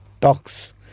talks